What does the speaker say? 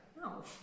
No